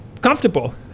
comfortable